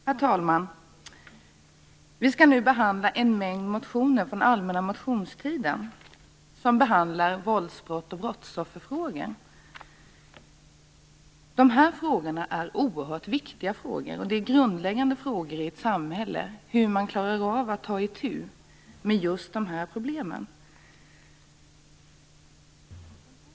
Herr talman! Vi skall nu behandla en mängd motioner från allmänna motionstiden som rör våldsbrott och brottsofferfrågor. Dessa frågor är oerhört viktiga. En grundläggande fråga i samhället är hur man klarar av att ta itu med just dessa problem.